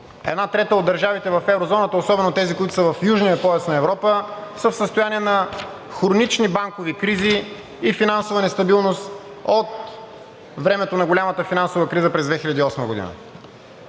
Една трета от държавите в еврозоната, особено тези, които са в Южния пояс на Европа, са в състояние на хронични банкови кризи и финансова нестабилност от времето на голямата финансова криза през 2008 г.